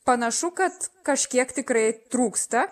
panašu kad kažkiek tikrai trūksta